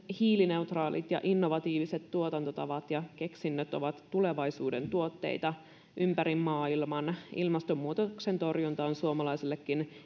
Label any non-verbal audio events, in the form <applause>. <unintelligible> hiilineutraalit ja innovatiiviset tuotantotavat ja keksinnöt ovat tulevaisuuden tuotteita ympäri maailman ilmastonmuutoksen torjunta on suomalaisellekin